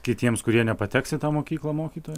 kitiems kurie nepateks į tą mokyklą mokytojam